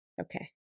okay